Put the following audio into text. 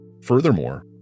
Furthermore